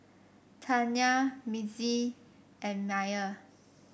Tanya Mitzi and Myer